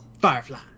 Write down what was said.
Firefly